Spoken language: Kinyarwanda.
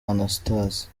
anastase